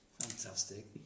Fantastic